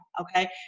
Okay